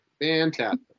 fantastic